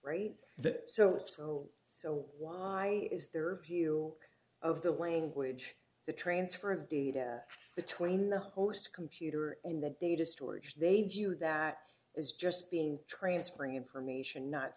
that so so so why is there view of the language the transfer of data between the host computer and the data storage they do that is just being transferring information not